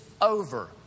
over